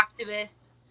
activists